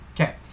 Okay